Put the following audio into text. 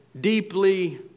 deeply